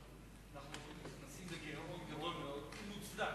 אנחנו נכנסים לגירעון גדול מאוד ומוצדק,